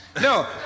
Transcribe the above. No